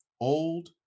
old